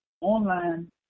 online